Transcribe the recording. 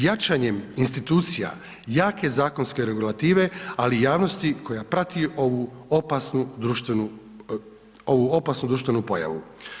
Jačanjem institucija jake zakonske regulative, ali i javnosti koja prati ovu opasnu društvenu pojavu.